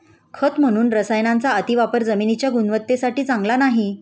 खत म्हणून रसायनांचा अतिवापर जमिनीच्या गुणवत्तेसाठी चांगला नाही